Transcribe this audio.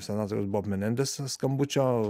senatoriaus bob menendes skambučio